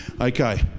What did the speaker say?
Okay